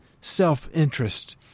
self-interest